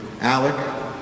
Alec